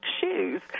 shoes